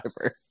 driver